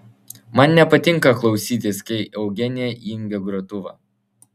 man nepatinka klausytis kai eugenija įjungia grotuvą